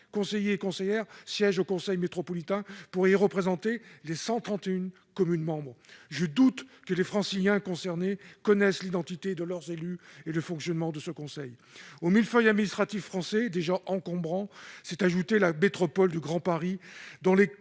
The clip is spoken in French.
conseillers et conseillères siègent au conseil métropolitain, pour y représenter les 131 communes membres. Je doute que les Franciliens concernés connaissent l'identité de leurs élus et le fonctionnement de ce conseil. Au millefeuille administratif français déjà encombrant s'est ajoutée la métropole du Grand Paris,